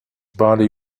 body